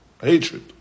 hatred